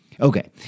Okay